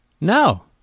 No